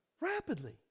Rapidly